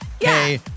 hey